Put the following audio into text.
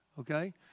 okay